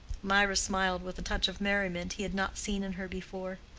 mirah smiled with a touch of merriment he had not seen in her before.